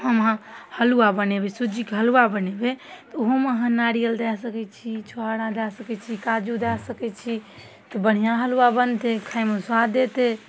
हम अहाँ हलुआ बनेबै सुज्जीके हलुआ बनेबै तऽ ओहुमे अहाँ नारियल दै सकै छी छोहारा दऽ सकै छी काजू दऽ सकै छी तऽ बढ़िआँ हलुआ बनतै खाइमे सुआद देतै